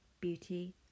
Beauty